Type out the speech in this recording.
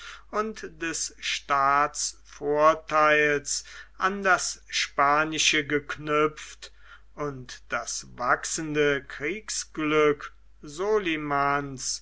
und des staatsvortheils an das spanische geknüpft und das wachsende kriegsglück solimans